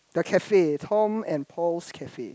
the cafe Tom and Paul's cafe